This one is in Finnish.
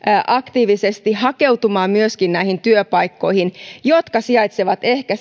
aktiivisesti hakeutumaan myöskin näihin työpaikkoihin jotka sijaitsevat ehkä